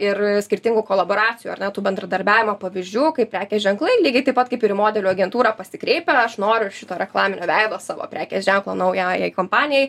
ir skirtingų kolaboracijų ar ne tų bendradarbiavimo pavyzdžių kai prekės ženklai lygiai taip pat kaip ir į modelių agentūrą pasikreipia aš noriu šito reklaminio veido savo prekės ženklo naujajai kompanijai